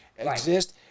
exist